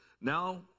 Now